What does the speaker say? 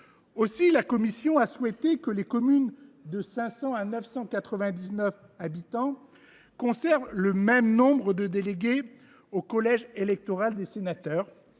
autant, la commission a souhaité que les communes de 500 à 999 habitants conservent le même nombre de délégués au collège électoral des sénateurs,